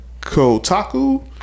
Kotaku